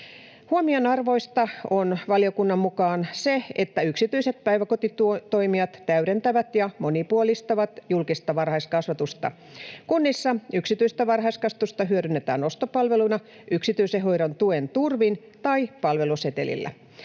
Huomionarvoista on valiokunnan mukaan se, että yksityiset päiväkotitoimijat täydentävät ja monipuolistavat julkista varhaiskasvatusta. Kunnissa yksityistä varhaiskasvatusta hyödynnetään ostopalveluna, yksityisen hoidon tuen turvin tai palvelusetelillä.